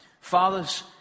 Fathers